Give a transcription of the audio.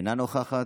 אינה נוכחת,